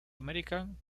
american